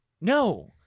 no